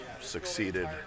succeeded